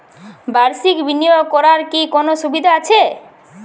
বাষির্ক বিনিয়োগ করার কি কোনো সুবিধা আছে?